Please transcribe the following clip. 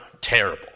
terrible